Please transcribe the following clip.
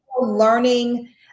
learning